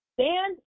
Stand